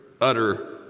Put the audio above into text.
utter